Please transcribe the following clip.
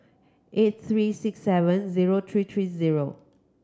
eight three six seven zero three three zero